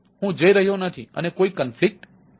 તેથી હું જઈ રહ્યો નથી અને કોઈ કોન્ફ્લિક્ટ નથી